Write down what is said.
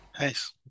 Nice